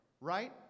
right